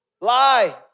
lie